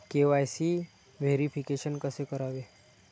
KYC verification कसे करावे?